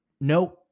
nope